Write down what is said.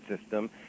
system